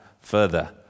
further